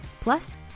Plus